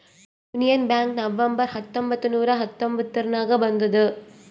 union bank November ಹತ್ತೊಂಬತ್ತ್ ನೂರಾ ಹತೊಂಬತ್ತುರ್ನಾಗ್ ಬಂದುದ್